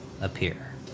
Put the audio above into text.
appear